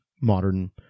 modern